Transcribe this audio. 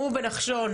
הוא בנחשון,